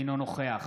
אינו נוכח